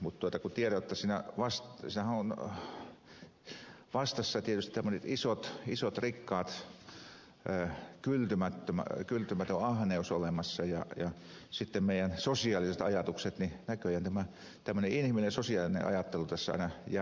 mutta tiedän jotta siinähän ovat vastassa tietysti tämmöiset isot rikkaat kyltymätön ahneus olemassa ja sitten on meidän sosiaaliset ajatuksemme ja näköjään tämmöinen inhimillinen ja sosiaalinen ajattelu tässä aina jää häviölle